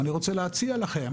אני רוצה להציע לכם